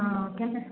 ആ ഓക്കേ എന്നാൽ